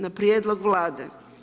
Na prijedlog Vlade.